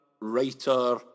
writer